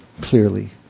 clearly